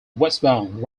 westbound